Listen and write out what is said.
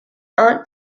aunt